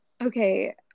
Okay